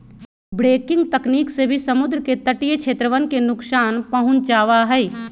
breaking तकनीक से भी समुद्र के तटीय क्षेत्रवन के नुकसान पहुंचावा हई